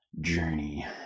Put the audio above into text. journey